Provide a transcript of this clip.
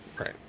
Right